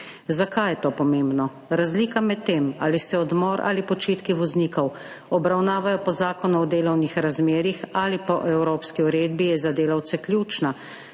Zakaj je to pomembno? Razlika med tem, ali se odmor ali počitki voznikov obravnavajo po Zakonu o delovnih razmerjih ali po evropski uredbi, je za delavce ključna,